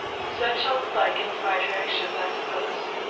sir charles dyke inspired her actions, i suppose.